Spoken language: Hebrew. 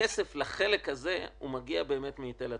הכסף לחלק הזה מגיע באמת מהיטל הטמנה.